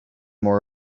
more